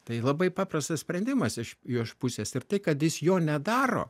tai labai paprastas sprendimas iš jo pusės ir tai kad jis jo nedaro